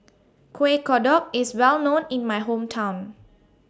Kueh Kodok IS Well known in My Hometown